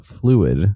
fluid